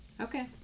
Okay